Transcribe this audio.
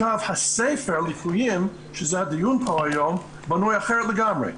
ספר הליקויים שזה הדיון פה היום, בנוי אחרת לגמרי.